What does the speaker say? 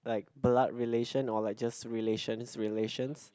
like blood relation or like just relations relations